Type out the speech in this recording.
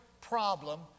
problem